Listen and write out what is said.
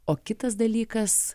o kitas dalykas